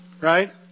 right